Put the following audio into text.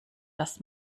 dass